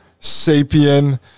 sapien